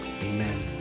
Amen